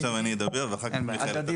עכשיו אני אדבר ואחר כך, מיכאל,